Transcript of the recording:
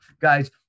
guys